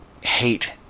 hate